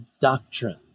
doctrine